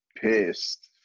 pissed